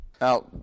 Now